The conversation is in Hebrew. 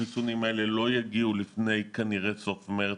החיסונים האלה כנראה לא יגיעו לפני סוף מרץ,